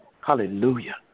Hallelujah